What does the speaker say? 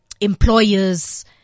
employers